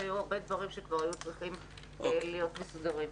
והיו הרבה דברים שכבר היו צריכים להיות מוסדרים.